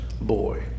boy